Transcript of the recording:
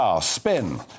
spin